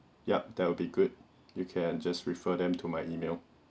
yup that will be good you can just refer them to my email